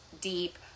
deep